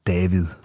David